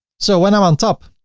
so when i'm on top,